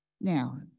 Now